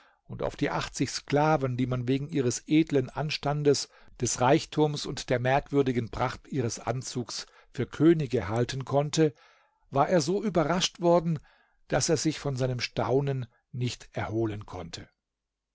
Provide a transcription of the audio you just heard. und auf die achtzig sklaven die man wegen ihres edlen anstandes des reichtums und der merkwürdigen pracht ihres anzugs für könige halten konnte war er so überrascht worden daß er sich von seinem staunen nicht erholen konnte